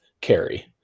carry